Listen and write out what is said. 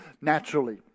naturally